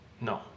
no